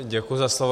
Děkuji za slovo.